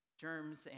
germs